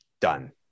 done